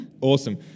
Awesome